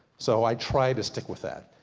so i try to stick with that.